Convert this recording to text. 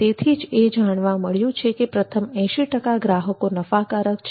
તેથી જ એ જાણવા મળ્યું છે કે પ્રથમ 80 ગ્રાહકો નફાકારક છે